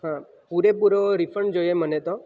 હા પૂરેપૂરો રિફંડ જોઈએ મને તો